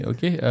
Okay